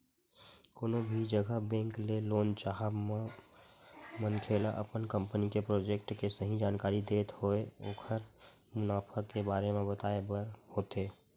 कोनो भी जघा बेंक ले लोन चाहब म मनखे ल अपन कंपनी के प्रोजेक्ट के सही जानकारी देत होय ओखर मुनाफा के बारे म बताय बर होथे